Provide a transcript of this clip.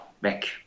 back